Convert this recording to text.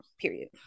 period